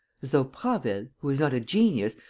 as though prasville, who is not a genius,